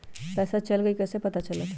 पैसा चल गयी कैसे पता चलत?